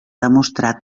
demostrat